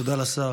תודה לשר.